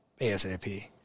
ASAP